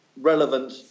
relevant